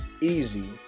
easy